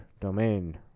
domain